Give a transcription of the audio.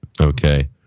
Okay